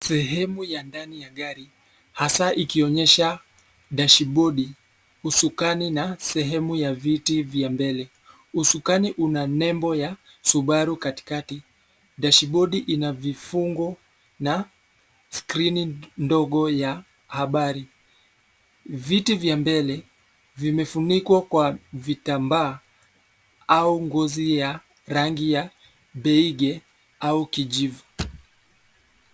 Sehemu ya ndani ya gari hasa ikioshesha dash board usukani na sehemu ya viti vya mbele. Usukani una nembo ya Subaru katikati dash board ina vifungo na skrini ndogo ya habari. Viti vya mbele vimefunikwa kwa vitambaa au ngozi ya rangi ya beige au kijivu.